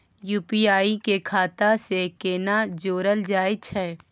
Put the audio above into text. UPI के खाता सं केना जोरल जाए छै?